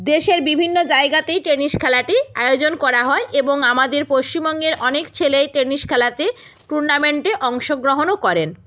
দেশের বিভিন্ন জায়গাতেই টেনিস খেলাটি আয়োজন করা হয় এবং আমাদের পশ্চিমবঙ্গের অনেক ছেলে এই টেনিস খেলাতে টুর্নামেন্টে অংশগ্রহণও করেন